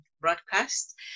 broadcast